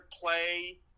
play